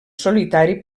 solitari